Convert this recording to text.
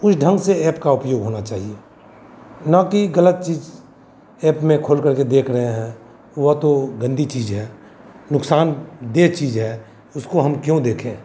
उस ढंग से ऐप का उपयोग होना चाहिए न कि गलत चीज़ एप में खोलकर के देख रहे हैं वह तो गंदी चीज़ है नुकसानदेह चीज़ है उसको हम क्यों देखें